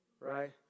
Right